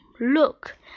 Look